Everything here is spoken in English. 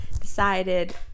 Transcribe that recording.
decided